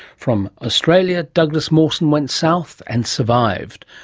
from australia douglas mawson went south and survived.